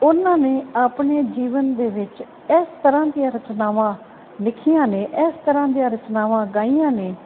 ਉਹਨਾਂ ਨੇ ਆਪਣੇ ਜੀਵਨ ਦੇ ਵਿੱਚ ਇਸ ਤਰ੍ਹਾਂ ਦੀਆਂ ਰਚਨਾਵਾਂ ਲਿਖੀਆਂ ਨੇ ਇਸ ਤਰ੍ਹਾਂ ਦੀਆਂ ਰਚਨਾਵਾਂ ਗਾਈਆਂ ਨੇ